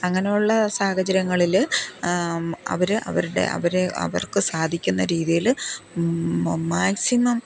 അങ്ങനെയുള്ള സാഹചര്യങ്ങളിൽ അവർ അവരുടെ അവർക്ക് സാധിക്കുന്ന രീതിയിൽ മാക്സിമം